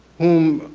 whom,